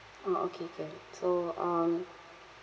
orh okay can so um